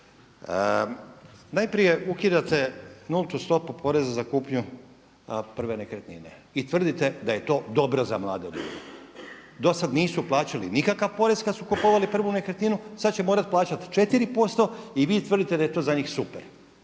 Najprije ukidate nultu stopu poreza za kupnju prve nekretnine i tvrdite da je to dobro za mlade obitelji. Dosad nisu plaćali nikakav porez kad su kupovali prvu nekretninu sad će morati plaćati 4% i vi tvrdite da je to za njih super.